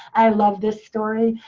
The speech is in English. i love this story.